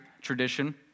tradition